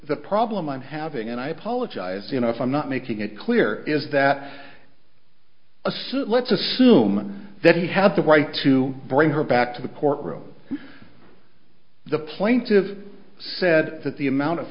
the problem i'm having and i apologize you know if i'm not making it clear is that a suit let's assume that he had the right to bring her back to the courtroom the plaintiff said that the amount of